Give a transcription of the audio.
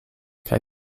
kaj